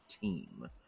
team